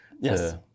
yes